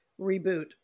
reboot